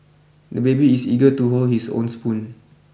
the baby is eager to hold his own spoon